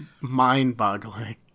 mind-boggling